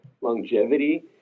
longevity